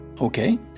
okay